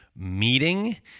meeting